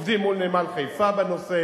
עובדים מול נמל חיפה בנושא.